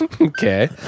Okay